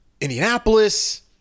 Indianapolis